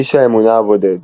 איש האמונה הבודד